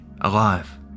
alive